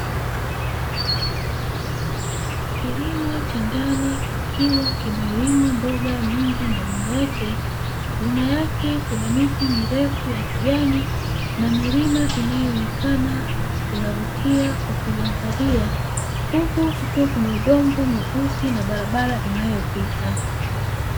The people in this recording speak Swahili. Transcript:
Kilimo cha ndani kikiwa kimelimwa mboga nyingi ndani yake, nyuma yake kuna miti mirefu ya kijani na milima inayoonekana inavutia kwa kuiangalia, huku kukiwa kuna udongo mweusi na barabara inayopita.